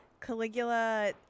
Caligula